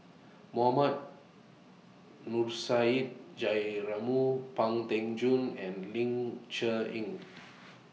Mohammad Nurrasyid Juraimi Pang Teck Joon and Ling Cher Eng